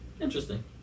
Interesting